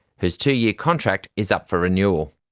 whose two-year contract is up for renewal.